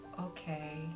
Okay